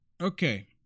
Okay